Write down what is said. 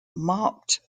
marked